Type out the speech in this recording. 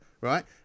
right